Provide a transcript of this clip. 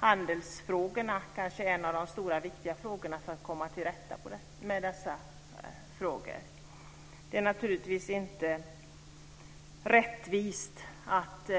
Handelsfrågorna är en av de stora, viktiga frågorna för att komma till rätta med dessa problem. Det är naturligtvis inte rättvist att